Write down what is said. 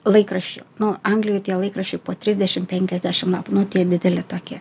laikraščių nu anglijoj tie laikraščiai po trisdešim penkiasdešim lapų nu tie dideli tokie